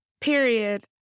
Period